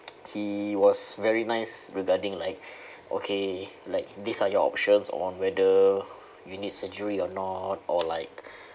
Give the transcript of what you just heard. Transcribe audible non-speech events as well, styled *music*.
he was very nice regarding like *breath* okay like these are your options on whether you need surgery or not or like *breath*